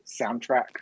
soundtrack